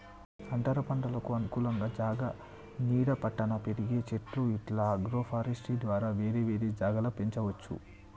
అంతరపంటలకు అనుకూల జాగా నీడ పట్టున పెరిగే చెట్లు ఇట్లా అగ్రోఫారెస్ట్య్ ద్వారా వేరే వేరే జాగల పెంచవచ్చు